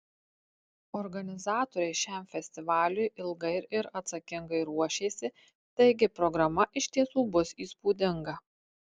organizatoriai šiam festivaliui ilgai ir atsakingai ruošėsi taigi programa iš tiesų bus įspūdinga